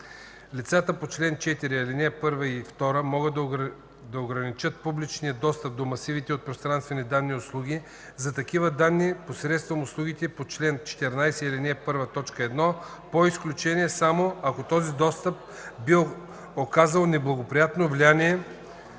Лицата по чл. 4, ал. 1 и 2 могат да ограничат публичния достъп до масивите от пространствени данни и услугите за такива данни посредством услугите по чл. 14, ал. 1, т. 1 по изключение само ако този достъп би оказал неблагоприятно влияние